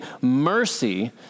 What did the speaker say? mercy